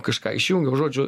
kažką išjungiau žodžiu